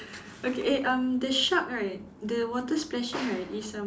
okay um the shark right the water splashing right is erm